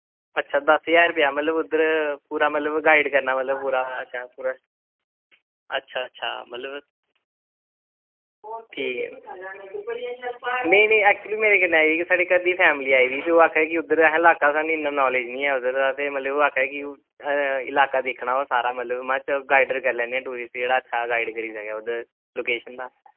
अच्छा दस ज्हार रपेआ मतलब उद्धर पूरा मतलब गाइड़ करना बगैरा अच्छा अच्छा अच्छा मतलब ठीक नेईं नेईं ऐक्चुली मेरे कन्नै साढ़े घरे दी फैमली आई दी ते ओह् आक्खा दी कि लाह्का मतलब नालेज़ निं है उद्धर दा ते आक्खा दे कि ते चलो महां गाईडर करी लैन्ने आं टूरिस्ट अच्छा गाइड करी सकै उद्धर लोकेशन दा